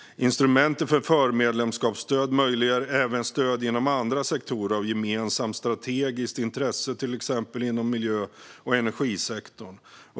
Instrumenten för förmedlemskapsstöd möjliggör även stöd inom andra sektorer av gemensamt strategiskt intresse, till exempel inom miljö och energisektorn.